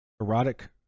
Erotic